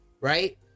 right